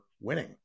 winning